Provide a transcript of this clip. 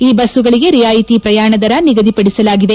ಈ ಬಸ್ತುಗಳಿಗೆ ರಿಯಾಯಿತಿ ಪ್ರಯಾಣ ದರ ನಿಗದಿಪಡಿಸಲಾಗಿದೆ